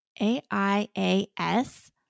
A-I-A-S